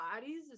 bodies